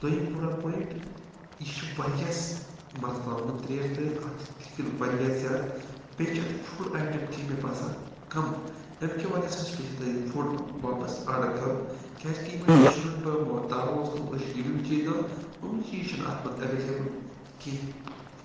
دوٚیِم پُر پویِنٛٹ یہِ چھُ واریاہ مَرژٕوان گوٚو ترٛیش تٲتۍ اَتھ چھِ تیٖل واریاہ زیادٕ بیٚیہِ چھِ اَتھ فُڈ آیٹَم کیٚمۍ مےٚ باسان کَم اَمہِ کہِ وجہ سۭتۍ چھُس بہٕ یَژھان یہِ فُڈ واپَس آرڈَر کَرُن کیٛازِکہِ یِمَے رٮ۪سٹورَنٛٹو یِمو دعوا اوس کٕم أسۍ چھِ یِم یِم چیٖز دِوان أمۍ چیٖز چھِنہٕ اَتھ منٛز اٮ۪ویلیبٕل کینٛہہ